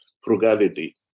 frugality